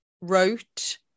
wrote